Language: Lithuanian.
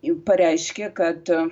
pareiškė kad